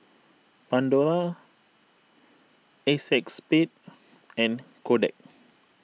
Pandora A Cex Spade and Kodak